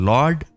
Lord